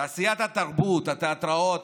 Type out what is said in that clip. תעשיית התרבות, התיאטראות,